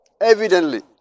evidently